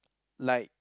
like